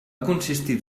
consistir